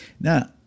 Now